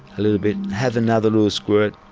a little bit, have another little squirt.